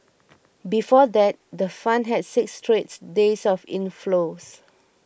before that the fund had six straight days of inflows